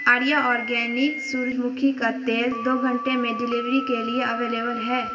آریہ اورگینی سورج مکھی کا تیل دو گھنٹے میں ڈیلیوری کے لیے اویلیبل ہے